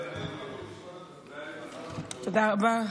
תודה רבה,